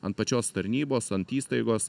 ant pačios tarnybos ant įstaigos